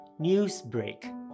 Newsbreak